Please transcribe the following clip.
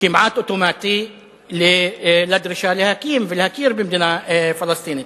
כמעט אוטומטי לדרישה להקים ולהכיר במדינה פלסטינית.